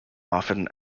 often